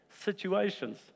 situations